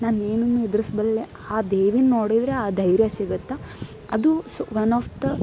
ನಾನು ಏನನ್ನು ಎದುರಿಸಬಲ್ಲೆ ಆ ದೇವಿನ ನೋಡಿದರೆ ಆ ಧೈರ್ಯ ಸಿಗುತ್ತೆ ಅದು ಸೊ ಒನ್ ಆಫ್ ದ